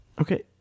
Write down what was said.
Okay